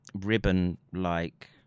ribbon-like